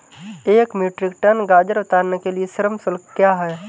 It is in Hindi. एक मीट्रिक टन गाजर उतारने के लिए श्रम शुल्क क्या है?